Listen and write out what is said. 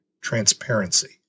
transparency